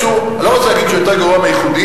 אני לא רוצה להגיד שהוא יותר גרוע מהייחודיים,